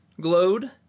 glowed